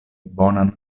bonan